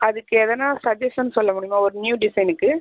அதுக்கு எதனா சஜஷன் சொல்லமுடியுமா ஒரு நியூ டிசைனுக்கு